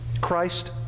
Christ